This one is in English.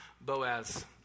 Boaz